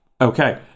Okay